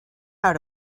how